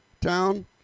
town